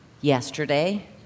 yesterday